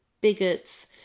bigots